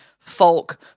folk